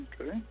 Okay